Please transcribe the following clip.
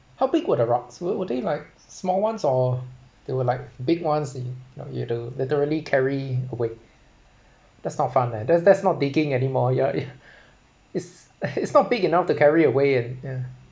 how big were the rocks were were they like small ones or they were like big ones that yo~ you'd to literally carry away that's not fun man that's that's not digging anymore yeah yea~ it's it's not big enough to carry away and yeah